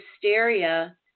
hysteria